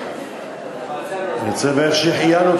אני צריך לברך "שהחיינו",